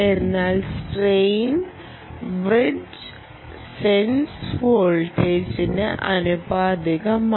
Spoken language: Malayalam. എന്നാൽ സ്ട്രെയിൻ ബ്രിഡ്ജ് സെൻസ് വോൾട്ടേജിന് ആനുപാതികമാണ്